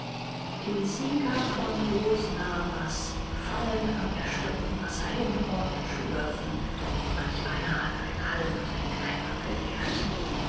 die sieger von groß nabas fallen am erstürmten wasser hin und schlürfen manch einer hat einen halben tränkeimer geleert